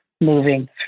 moving